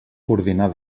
coordinar